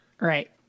Right